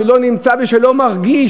שלא נמצא ושלא מרגיש,